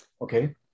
Okay